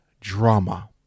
drama